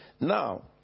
Now